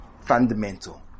fundamental